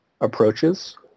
approaches